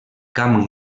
camp